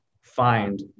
find